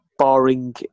Barring